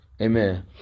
Amen